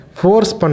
force